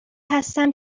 هستم